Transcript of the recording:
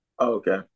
Okay